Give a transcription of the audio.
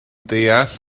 deall